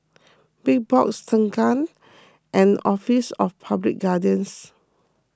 Big Box Tengah and Office of Public Guardian